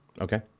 Okay